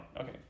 Okay